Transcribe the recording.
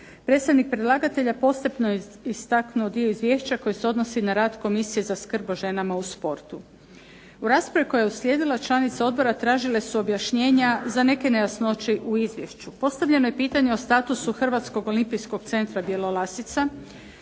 Predstavnik predlagatelja posebno je istaknuo dio izvješća koji se odnosi na rad Komisije za skrb o ženama u sportu. U raspravi koja je uslijedila članice odbora tražile su objašnjenja za neke nejasnoće u izvješću. Postavljeno je pitanje o statusu Hrvatskog olimpijskog centra Bjelolasica